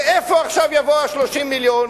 מאיפה יבואו עכשיו 30 המיליון?